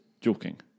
joking